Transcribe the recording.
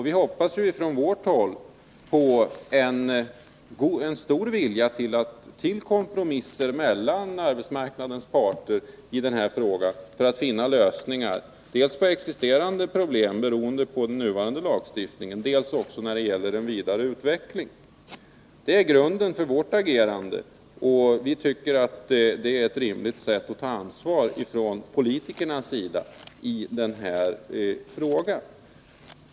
Vi hoppas från vårt håll på en stor vilja till kompromisser mellan arbetsmarknadens parter, dels för att finna lösningar på existerande problem beroende på den nuvarande lagstiftningen, dels för att få till stånd en vidareutveckling. Det är grunden för vårt agerande. Vi tycker att det är ett rimligt sätt för politikerna att ta ansvar i denna fråga.